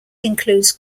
includes